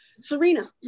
Serena